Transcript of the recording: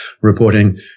reporting